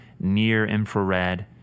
near-infrared